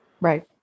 Right